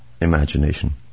imagination